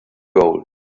gold